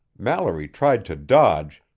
mallory tried to dodge,